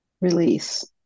release